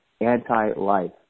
anti-life